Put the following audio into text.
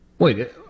Wait